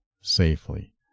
safely